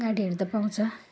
गाडीहरू त पाउँछ